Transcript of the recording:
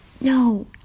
No